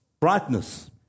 brightness